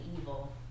evil